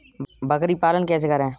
बकरी पालन कैसे करें?